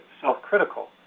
self-critical